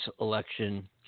election